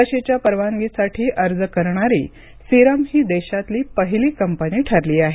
लशीच्या परवानगीसाठी अर्ज करणारी सीरम ही देशातली पहिली कंपनी ठरली आहे